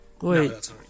Wait